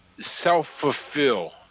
self-fulfill